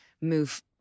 move